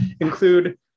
include